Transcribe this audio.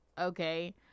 Okay